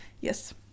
yes